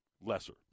lesser